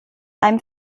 einem